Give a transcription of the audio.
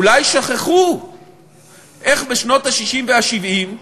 אולי שכחו איך בשנות ה-60 וה-70,